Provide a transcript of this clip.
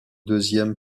deuxième